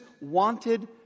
wanted